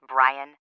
Brian